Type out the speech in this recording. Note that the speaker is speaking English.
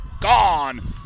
gone